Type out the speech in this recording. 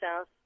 south